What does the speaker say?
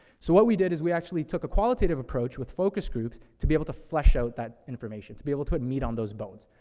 so what we did, is we actually took a qualitative approach with focus groups to be able to flesh out that information, to be able to put meat on those bones.